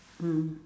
mm